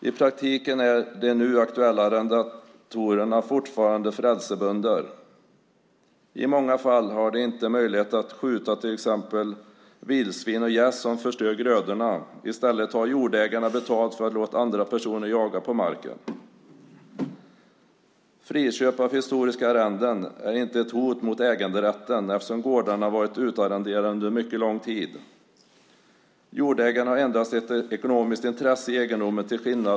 I praktiken är de nu aktuella arrendatorerna fortfarande frälsebönder. I många fall har de inte möjlighet att skjuta till exempel vildsvin och gäss som förstör grödorna. I stället tar jordägarna betalt för att låta andra personer jaga på marken. Friköp av historiska arrenden är inte ett hot mot äganderätten eftersom gårdarna har varit utarrenderade under en mycket lång tid. Jordägaren har till skillnad från arrendatorn endast ett ekonomiskt intresse i egendomen.